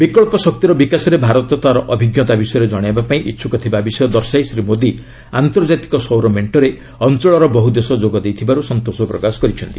ବିକଳ୍ପ ଶକ୍ତିର ବିକାଶରେ ଭାରତ ତା'ର ଅଭିଜ୍ଞତା ବିଷୟରେ ଜଣାଇବାପାଇଁ ଇଚ୍ଛୁକ ଥିବା ବିଷୟ ଦର୍ଶାଇ ଶ୍ରୀ ମୋଦି ଆନ୍ତର୍ଜାତିକ ସୌରମେକ୍ଷରେ ଅଞ୍ଚଳର ବହ୍ର ଦେଶ ଯୋଗ ଦେଇଥିବାର୍ ସନ୍ତୋଷ ପ୍ରକାଶ କରିଛନ୍ତି